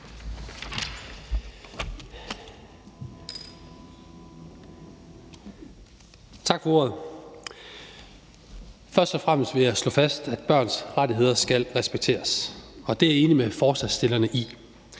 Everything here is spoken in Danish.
Tak for ordet. Først og fremmest vil jeg slå fast, at børns rettigheder skal respekteres; det er jeg enig med forslagsstillerne i.